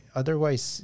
otherwise